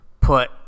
Put